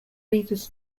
leaders